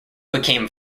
became